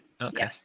Okay